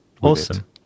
Awesome